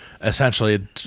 essentially